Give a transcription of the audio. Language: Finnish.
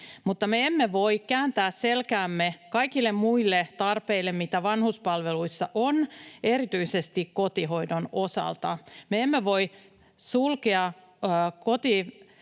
Mutta me emme voi kääntää selkäämme kaikille muille tarpeille, mitä vanhuspalveluissa on, erityisesti kotihoidon osalta. Me emme voi sulkea